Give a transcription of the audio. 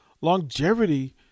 longevity